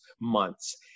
months